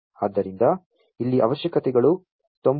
ಆದ್ದರಿಂದ ಇಲ್ಲಿ ಅವಶ್ಯಕತೆಗಳು 99